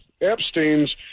Epstein's